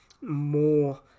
more